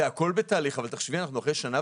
זה הכול בתהליך אבל אנחנו נמצאים אחרי שנה